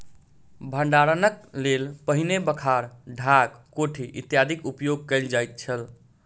भंडारणक लेल पहिने बखार, ढाक, कोठी इत्यादिक उपयोग कयल जाइत छल